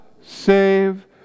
save